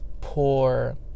poor